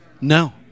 No